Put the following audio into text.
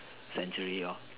century lor